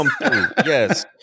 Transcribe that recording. Yes